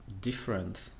different